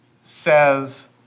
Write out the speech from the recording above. says